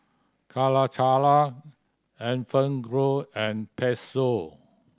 Calacara and Fagrow and Pezzo